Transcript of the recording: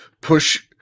push